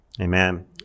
Amen